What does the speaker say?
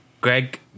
Greg